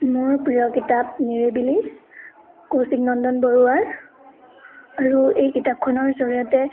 মোৰ প্ৰিয় কিতাপ নিৰিবিলি কৌশিক নন্দন বৰুৱাৰ আৰু এই কিতাপখনৰ জৰিয়তে